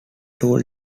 tool